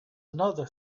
another